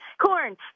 corn